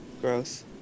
Gross